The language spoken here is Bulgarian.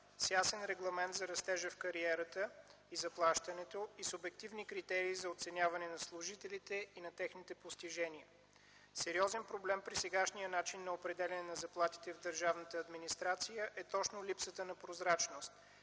ясен регламент за растежа в кариерата и заплащането и субективни критерии за оценяване на служителите и на техните постижения. Сериозен проблем при сегашния начин на определяне на заплатите в държавната администрация е точно липсата на прозрачност.